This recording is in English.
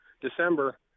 December